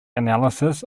analysis